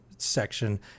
section